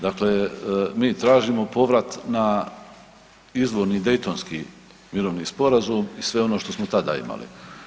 Dakle, mi tražimo povrat na izvorni Daytonski mirovni sporazum i sve ono što smo tada imali.